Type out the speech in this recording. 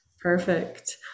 Perfect